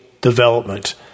development